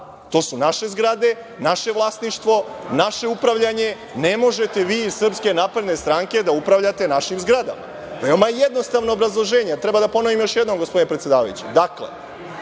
To su naše zgrade, naše vlasništvo, naše upravljanje. Ne možete vi iz SNS da upravljate našim zgradama. Vrlo jednostavno obrazloženje, da li treba da ponovim još jednog gospodine predsedavajući.